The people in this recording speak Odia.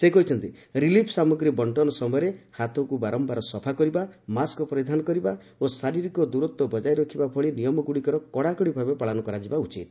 ସେ କହିଛନ୍ତି ରିଲିଫ୍ ସାମଗ୍ରୀ ବର୍ଷନ ସମୟରେ ହାତକୁ ବାରମ୍ଭାର ସଫା କରିବା ମାସ୍କ ପରିଧାନ କରିବା ଓ ଶାରୀରିକ ଦୂରତା ବଜାୟ ରଖିବା ଭଳି ନିୟମଗୁଡ଼ିକର କଡ଼ାକଡ଼ି ଭାବେ ପାଳନ କରିବା ଉଚିତ